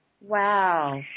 Wow